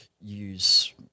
use